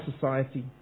society